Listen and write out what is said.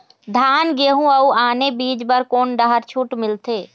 धान गेहूं अऊ आने बीज बर कोन डहर छूट मिलथे?